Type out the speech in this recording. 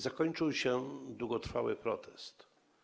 Zakończył się długotrwały protest.